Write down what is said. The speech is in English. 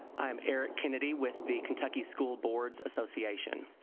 i'm eric kennedy with the kentucky school boards association